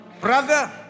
Brother